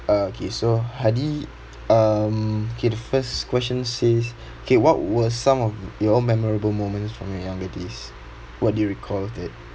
uh okay so hadi um K the first question says K what were some of your memorable moments from your younger days what do you recall of that